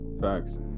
Facts